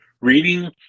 reading